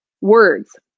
words